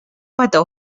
petó